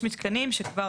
(שינוי